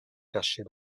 cachée